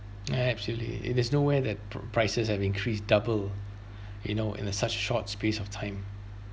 absolutely it is nowhere that pri~ prices have increased double you know in a such short space of time